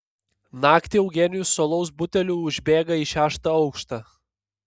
naktį eugenijus su alaus buteliu užbėga į šeštą aukštą